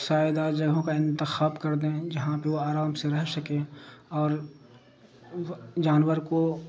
سائیدار جگہوں کا انتخاب کر دیں جہاں پہ وہ آرام سے رہ سکیں اور جانور کو